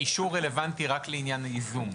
אישור רלוונטי רק לעניין ייזום,